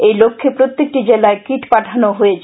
এই লক্ষ্যে প্রত্যেকটি জেলায় কিট পাঠানো হয়েছে